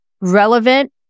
relevant